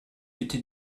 bitte